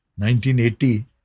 1980